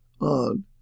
odd